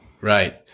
Right